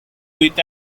with